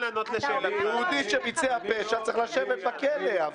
יהודי שביצע פשע צריך לשבת בכלא.